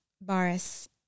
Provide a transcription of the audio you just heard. Boris